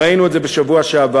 ראינו את זה בשבוע שעבר,